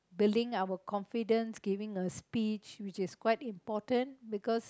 building our confidence giving a speech which is quite important because